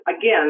again